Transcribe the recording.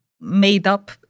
made-up